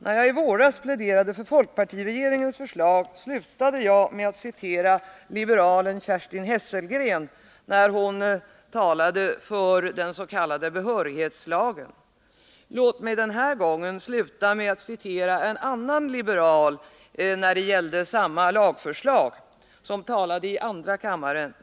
När jag i våras pläderade för folkpartiregeringens förslag slutade jag med att citera liberalen Kerstin Hesselgren när hon talade för den s.k. behörighetslagen. Låt mig den här gången sluta med att citera en annan liberal — och det gällde samma lagförslag — som talade i andra kammaren.